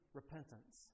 repentance